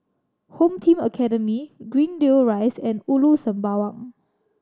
Home Team Academy Greendale Rise and Ulu Sembawang